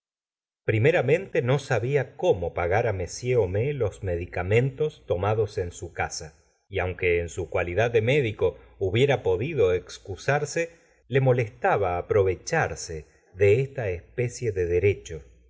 primeramente no sabia cómo pagar á m homais los medicamentos tomados en su casa aunque en su cualidad de médico hubiera podido excusarse le molestaba aprovecharse de esta espeeie de